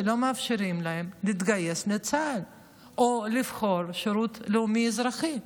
כשלא מאפשרים להם להתגייס לצה"ל או לבחור בשירות לאומי-אזרחי,